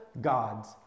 God's